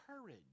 courage